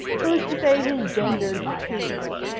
who is to say his gendered biases?